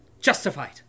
justified